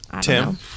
Tim